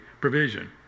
provision